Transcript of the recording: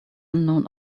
unknown